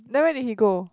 then where did he go